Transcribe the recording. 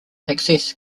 access